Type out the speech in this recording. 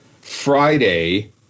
Friday